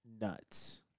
nuts